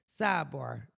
Sidebar